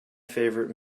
favorite